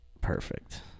perfect